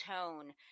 tone